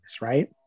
right